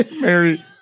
Mary